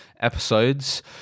episodes